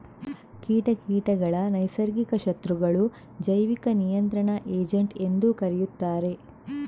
ಕೀಟ ಕೀಟಗಳ ನೈಸರ್ಗಿಕ ಶತ್ರುಗಳು, ಜೈವಿಕ ನಿಯಂತ್ರಣ ಏಜೆಂಟ್ ಎಂದೂ ಕರೆಯುತ್ತಾರೆ